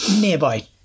Nearby